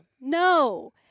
No